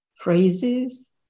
phrases